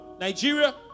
Nigeria